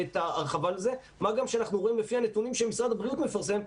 מה גם שאנחנו רואים לפי הנתונים שמשרד הבריאות מפרסם,